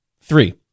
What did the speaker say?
Three